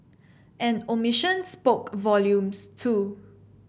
an omission spoke volumes too